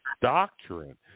doctrine